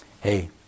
hey